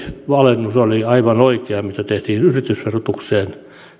alennus oli aivan oikea mitä tehtiin yritysverotukseen ja